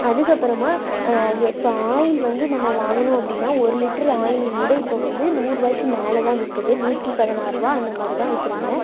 அதுக்கப்புறமா இப்போ ஆயில் வந்து நம்ம வாங்கணும் அப்படின்னா ஒரு லிட்டரு ஆயிலுங்கூட இப்போ வந்து நூறுரூவாயிக்கு மேலே தான் விற்குது நூற்றி பதினாறுவா அந்த மாதிரிதான் விற்கிறாங்க